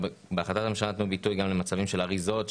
בהחלטת הממשלה נתנו ביטוי גם למצבים של אריזות,